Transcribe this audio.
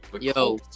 Yo